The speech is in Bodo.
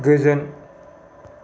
गोजोन